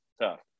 tough